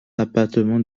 appartements